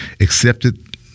accepted